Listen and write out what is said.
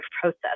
process